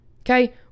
Okay